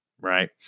right